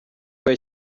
iyi